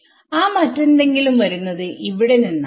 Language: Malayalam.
ആ മറ്റെന്തെങ്കിലും വരുന്നത് ഇവിടെ നിന്നാണ്